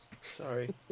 Sorry